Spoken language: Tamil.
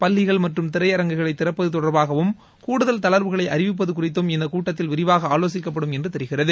பள்ளிகள் மற்றும் திரையரங்குகளை திறப்பது தொடர்பாகவும் கூடுதல் தளர்வுகளை அறிவிப்பது குறித்தும் இக்கூட்டத்தில் விரிவாக ஆலோசிக்கப்படும் என்று தெரிகிறது